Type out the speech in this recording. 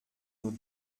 nos